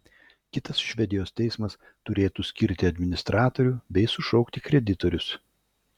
kitas švedijos teismas turėtų skirti administratorių bei sušaukti kreditorius